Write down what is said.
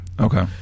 Okay